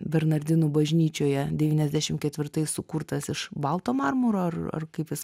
bernardinų bažnyčioje devyniasdešim ketvirtais sukurtas iš balto marmuro ar ar kaip jis